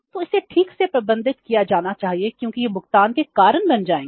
तो इसे ठीक से प्रबंधित किया जाना चाहिए क्योंकि यह भुगतान के कारण बन जाएगा